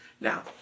Now